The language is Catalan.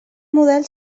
model